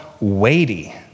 weighty